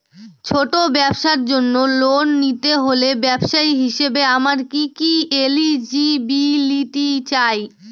ছোট ব্যবসার জন্য লোন নিতে হলে ব্যবসায়ী হিসেবে আমার কি কি এলিজিবিলিটি চাই?